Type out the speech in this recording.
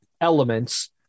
elements –